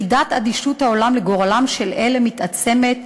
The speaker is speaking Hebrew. חידת אדישות העולם לגורלם של אלה מתעצמת,